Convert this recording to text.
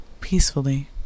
peacefully